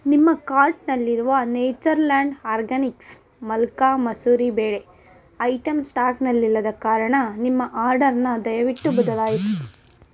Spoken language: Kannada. ನಿಮ್ಮ ಕಾರ್ಟ್ನಲ್ಲಿರುವ ನೇಚರ್ ಲ್ಯಾಂಡ್ ಆರ್ಗ್ಯಾನಿಕ್ಸ್ ಮಲ್ಕಾ ಮಸೂರಿ ಬೇಳೆ ಐಟಮ್ ಸ್ಟಾಕ್ನಲ್ಲಿಲ್ಲದ ಕಾರಣ ನಿಮ್ಮ ಆರ್ಡರ್ನ ದಯವಿಟ್ಟು ಬದಲಾಯಿಸಿ